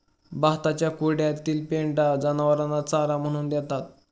भाताच्या कुंड्यातील पेंढा जनावरांना चारा म्हणून देतात